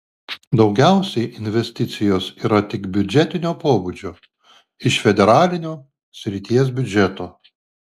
daugiausiai investicijos yra tik biudžetinio pobūdžio iš federalinio srities biudžeto